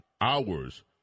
hours